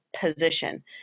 position